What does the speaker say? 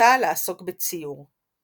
פנתה לעסוק בציור.